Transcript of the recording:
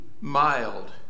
mild